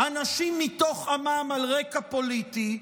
באנשים מתוך עמם על רקע פוליטי,